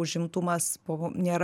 užimtumas popo nėra